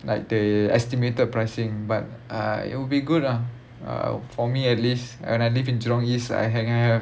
like the estimated pricing but uh it'll be good ah uh for me at least and I live in jurong east I have